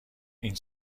این